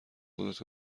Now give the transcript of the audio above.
کنید